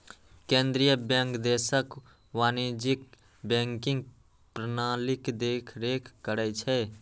केंद्रीय बैंक देशक वाणिज्यिक बैंकिंग प्रणालीक देखरेख करै छै